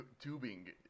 tubing